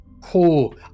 cool